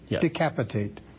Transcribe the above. Decapitate